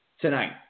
tonight